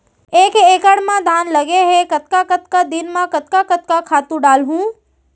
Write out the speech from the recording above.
एक एकड़ खेत म धान लगे हे कतका कतका दिन म कतका कतका खातू डालहुँ?